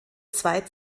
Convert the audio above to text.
zwei